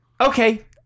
Okay